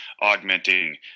augmenting